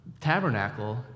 tabernacle